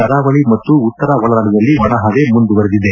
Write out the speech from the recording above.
ಕರಾವಳ ಮತ್ತು ಉತ್ತರ ಒಳನಾಡಿನಲ್ಲಿ ಒಣಹವೆ ಮುಂದುವರಿದಿದೆ